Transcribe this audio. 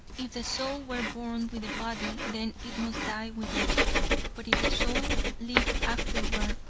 if the soul were born with the body, then it must die with it but if the soul live afterward,